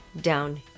down